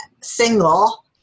single